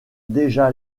déjà